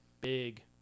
big